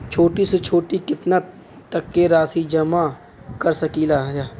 छोटी से छोटी कितना तक के राशि जमा कर सकीलाजा?